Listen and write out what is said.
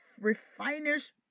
refiner's